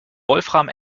wolfram